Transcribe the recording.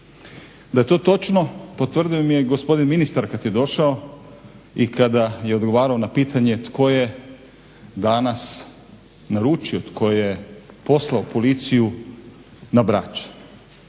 Da je to točno potvrdio mi je gospodin ministar kad je došao i kada je odgovarao na pitanje tko je danas naručio, tko je poslao policiju na Brač.